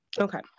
okay